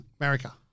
America